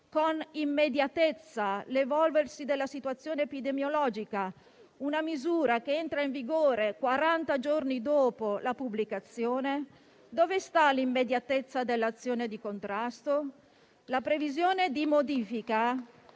con immediatezza l'evolversi della situazione epidemiologica una misura che entra in vigore quaranta giorni dopo la pubblicazione? Dove sta l'immediatezza dell'azione di contrasto? La previsione di modifica